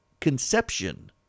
conception